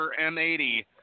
M80